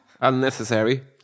Unnecessary